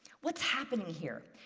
what's happening here?